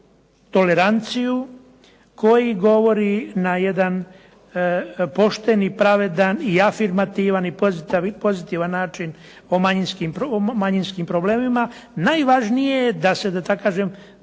toleranciju, koji govori na jedan pošten i pravedan i afirmativan i pozitivan način o manjinskim problemima. Najvažnije je da se, da tako kažem,